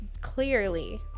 clearly